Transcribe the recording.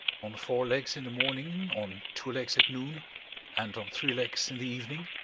on four legs in the morning on two legs at noon and on three legs in the evening?